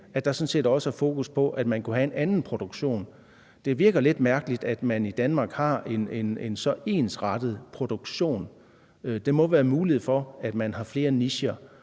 set også er fokus på, at man kunne have en anden produktion? Det virker lidt mærkeligt, at man i Danmark har en så ensrettet produktion, og der må være en mulighed for, at man har flere nicher.